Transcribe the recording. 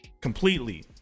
completely